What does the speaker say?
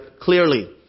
clearly